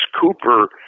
cooper